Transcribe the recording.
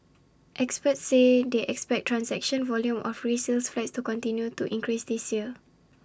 experts say they expect transaction volume of resale flats to continue to increase this year